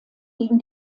gegen